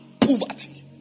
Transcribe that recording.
Poverty